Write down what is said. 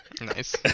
Nice